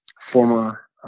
former